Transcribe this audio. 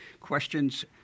questions